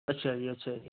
ਅੱਛਾ ਜੀ ਅੱਛਾ ਜੀ